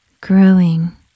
growing